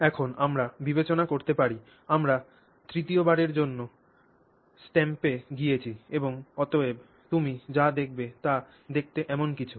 এখন আমরা বিবেচনা করতে পারি আমরা তৃতীয়বারের জন্য স্ট্যাম্পে গিয়েছি এবং অতএব তুমি যা দেখবে তা দেখতে এমন কিছু